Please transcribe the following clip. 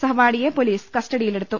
സഹപാഠിയെ police കസ്റ്റഡിയി ലെടുത്തു